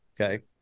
okay